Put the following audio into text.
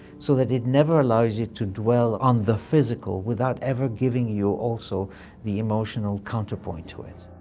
so that it never allows you to dwell on the physical without ever giving you also the emotional counterpoint to it.